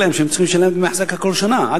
מכרו להם את היחידות האלה,